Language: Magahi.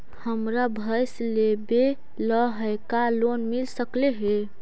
हमरा भैस लेबे ल है का लोन मिल सकले हे?